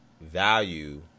value